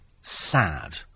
sad